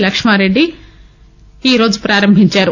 లక్ష్మారెడ్డి ఈరోజు ప్రారంభించారు